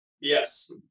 Yes